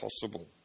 possible